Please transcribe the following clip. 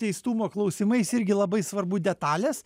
teistumo klausimais irgi labai svarbu detalės